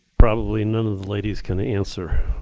probably none of the ladies can answer.